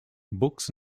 books